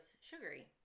sugary